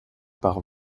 par